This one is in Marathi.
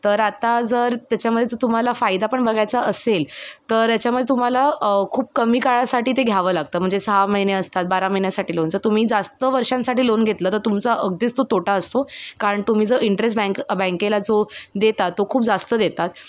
तर आता जर त्याच्यामध्ये ज तुम्हाला फायदा पण बघायचा असेल तर याच्यामध्ये तुम्हाला खूप कमी काळासाठी ते घ्यावं लागतं म्हणजे सहा महिने असतात बारा महिन्यासाठी लोनचं तुम्ही जास्त वर्षांसाठी लोन घेतलं तर तुमचा अगदीच तो तोटा असतो कारण तुम्ही जो इंटरेस्ट बँक बँकेला जो देता तो खूप जास्त देतात